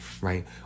right